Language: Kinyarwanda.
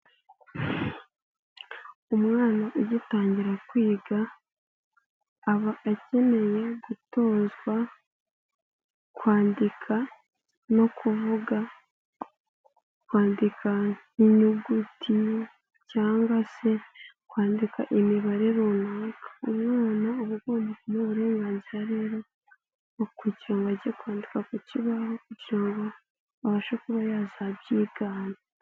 Umwana ugitangira kwiga aba akeneye gutozwa kwandika no kuvuga, kwandika inyuguti cyangwa se kwandika imibare runaka, umwana uba ugomba kumuha uburenganzira rero bwo kujyirango ajye kwandika ku kibaho ibyoba abasha kuba yazabyigana.